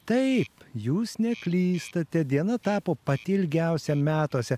taip jūs neklystate diena tapo pati ilgiausia metuose